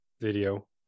video